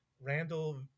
Randall